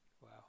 Wow